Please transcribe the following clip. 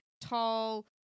tall